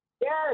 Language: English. Yes